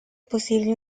posible